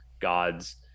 God's